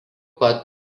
pat